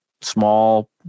small